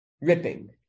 ripping